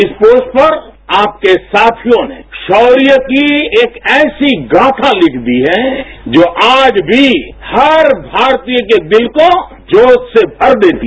इस पोस्ट पर आपके साथियों ने शौर्य की एक ऐसी गाथा लिख दी हैजो आज भी हर भारतीय के दिल को जोरा से भर देती है